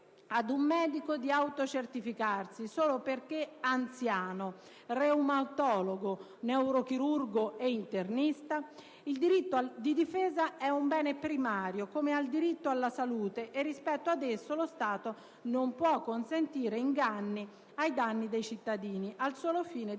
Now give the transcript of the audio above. Il diritto di difesa è un bene primario, come il diritto alla salute, e rispetto ad esso lo Stato non può consentire inganni ai danni dei cittadini, al solo fine di